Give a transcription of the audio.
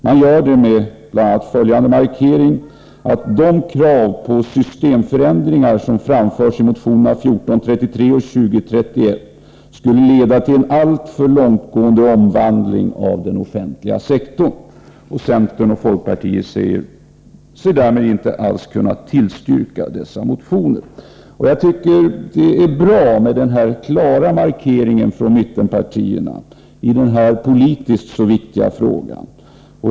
De gör det med följande markering: ”De krav på systemförändringar som framförs i motionerna 1433 och 2031 skulle leda till en alltför långtgående omvandling av den offentliga sektorn.” Centern och folkpartiet säger sig därför inte kunna tillstyrka dessa motioner. Det är bra med denna klara markering från mittenpartierna i denna politiskt så viktiga fråga.